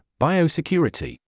Biosecurity